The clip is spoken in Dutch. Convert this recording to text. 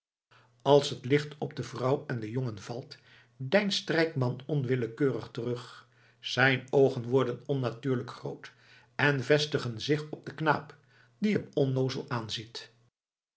als het licht op de vrouw en den jongen valt deinst strijkman onwillekeurig terug zijn oogen worden onnatuurlijk groot en vestigen zich op den knaap die hem onnoozel aanziet